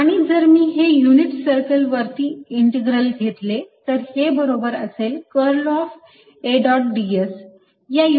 आणि जर मी हे युनिट सर्कल वरील इंटिग्रल घेतले तर हे बरोबर असेल curl of A dot d s